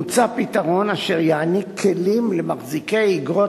מוצע פתרון אשר יעניק כלים למחזיקי איגרות